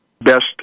best